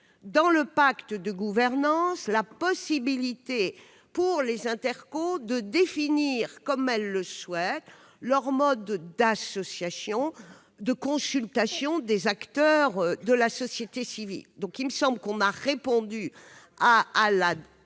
dans le pacte de gouvernance, la possibilité pour les intercommunalités de définir comme elles le souhaitent leur mode d'association et de consultation des acteurs de la société civile. Il me semble que nous avons donc